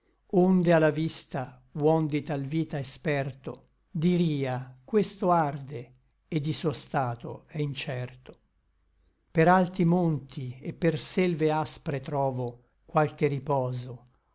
onde a la vista huom di tal vita experto diria questo arde et di suo stato è incerto per alti monti et per selve aspre trovo qualche riposo